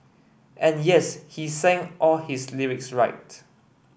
and yes he sang all his lyrics right